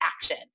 action